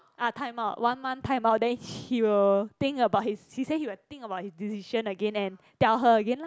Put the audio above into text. ah timeout one month timeout then he will think about he say he will think about his decision again and tell her again lah